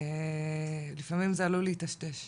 לפעמים זה עלול להיטשטש.